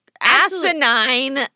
asinine